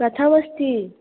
कथमस्ति